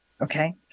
Okay